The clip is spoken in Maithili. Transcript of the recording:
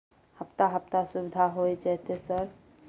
हफ्ता हफ्ता सुविधा होय जयते सर?